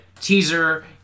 teaser